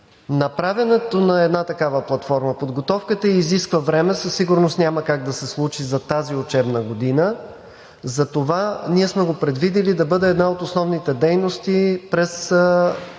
Направянето на една такава платформа, подготовката ѝ изисква време, със сигурност няма как да се случи за тази учебна година. Затова ние сме го предвидили да бъде една от основните дейности по